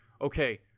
okay